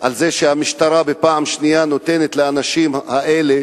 על זה שהמשטרה נותנת פעם שנייה לאנשים האלה